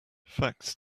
facts